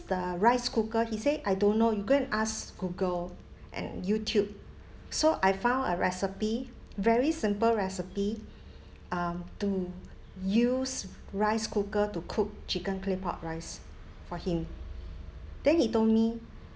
the rice cooker he say I don't know you go and ask google and youtube so I found a recipe very simple recipe um to use rice cooker to cook chicken claypot rice for him then he told me